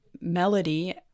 Melody